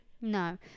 No